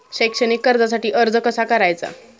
शैक्षणिक कर्जासाठी अर्ज कसा करायचा?